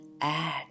add